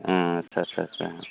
आच्चा चा चा